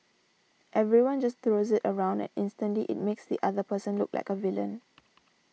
everyone just throws it around and instantly it makes the other person look like a villain